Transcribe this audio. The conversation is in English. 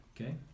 okay